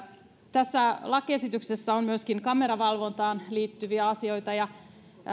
tässä lakiesityksessä on myöskin kameravalvontaan liittyviä asioita ja